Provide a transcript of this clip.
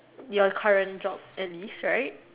your current job at this right